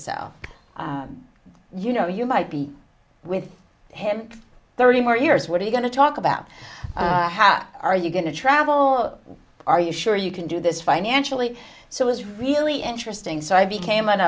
yourself you know you might be with him thirty more years what are you going to talk about how are you going to travel are you sure you can do this financially so it was really interesting so i became an